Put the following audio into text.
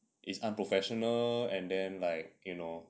it's unprofessional and then like you know